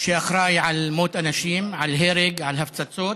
שאחראי למות אנשים, להרג, להפצצות,